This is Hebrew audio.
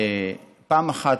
פעם אחת,